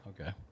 okay